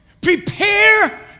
Prepare